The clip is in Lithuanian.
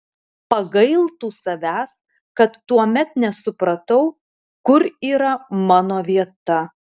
pagailtų savęs kad tuomet nesupratau kur yra mano vieta